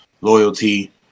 loyalty